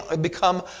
become